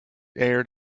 aired